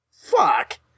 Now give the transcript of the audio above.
Fuck